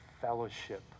fellowship